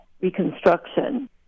reconstruction